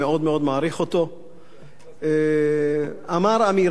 אמר אמירה שמבחינתי ועל-פי תפיסת עולמי,